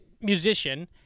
musician